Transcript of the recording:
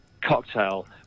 cocktail